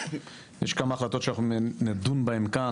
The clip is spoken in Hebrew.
יש כמה החלטות שאנחנו נדון בהן כאן,